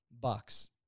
Bucks